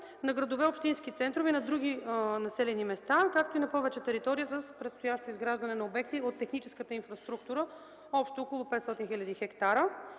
на градове – общински центрове, и на други населени места, както и на повече територия с предстоящо изграждане на обекти от техническата инфраструктура – общо около 500 хил. хектара.